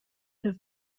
have